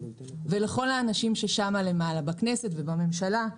ולכל האנשים ששמה למעלה, בכנסת ובממשלה...